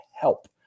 help